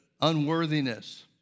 unworthiness